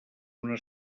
una